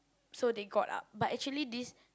so they got up but actually this